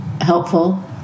helpful